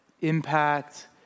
impact